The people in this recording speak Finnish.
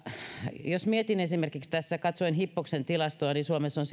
jos mietin esimerkiksi tässä katsoin hippoksen tilastoa niin suomessa on